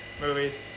movies